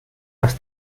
más